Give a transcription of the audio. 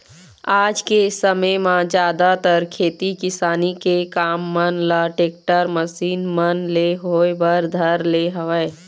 आज के समे म जादातर खेती किसानी के काम मन ल टेक्टर, मसीन मन ले होय बर धर ले हवय